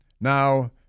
Now